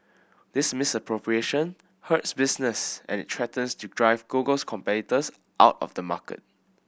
this misappropriation hurts business and it threatens to drive Google's competitors out of the market